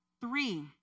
three